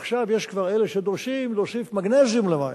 עכשיו יש כבר אלה שדורשים להוסיף מגנזיום למים.